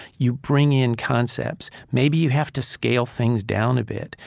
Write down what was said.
you bring in concepts. maybe you have to scale things down a bit.